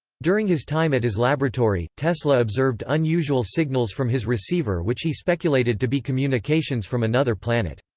during his time at his laboratory, tesla observed unusual signals from his receiver which he speculated to be communications from another planet.